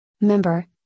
member